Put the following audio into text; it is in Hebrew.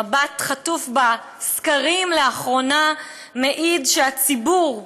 מבט חטוף בסקרים לאחרונה מעיד שהציבור,